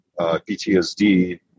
PTSD